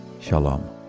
Shalom